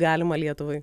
galima lietuvai